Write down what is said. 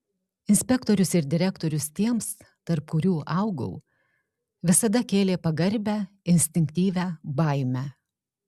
inspektorius ir direktorius tiems tarp kurių augau visada kėlė pagarbią instinktyvią baimę